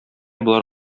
болар